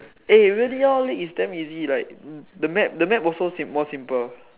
eh really lor league is damn easy like the map the map also more simple